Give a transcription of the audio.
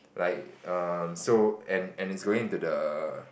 like um so and and it's going into the